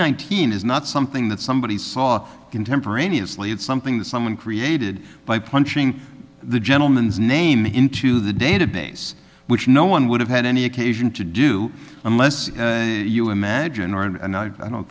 nineteen is not something that somebody saw contemporaneously it's something that someone created by punching the gentleman's name into the database which no one would have had any occasion to do unless you imagine or and i don't